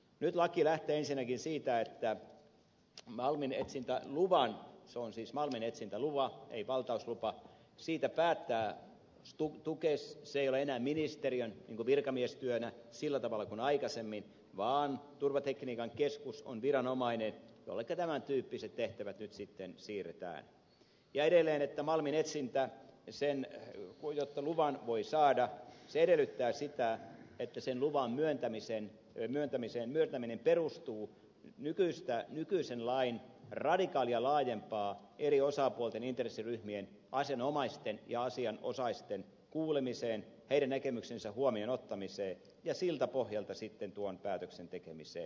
nyt laki lähtee ensinnäkin siitä että malminetsintäluvasta se on siis malminetsintälupa ei valtauslupa päättää tukes siitä ei enää päätetä ministeriön niin kuin virkamiestyönä sillä tavalla kuin aikaisemmin vaan turvatekniikan keskus on viranomainen jolleka tämän tyyppiset tehtävät nyt sitten siirretään ja edelleen siitä että jotta malminetsintään luvan voi saada sen luvan myöntäminen perustuu nykyistä lakia radikaalisti laajempaan eri osapuolten intressiryhmien asianomaisten ja asianosaisten kuulemiseen heidän näkemyksiensä huomioon ottamiseen ja siltä pohjalta sitten tuon päätöksen tekemiseen